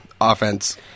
offense